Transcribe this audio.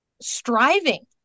striving